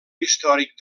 històric